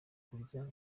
kurya